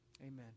Amen